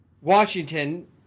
Washington